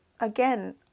Again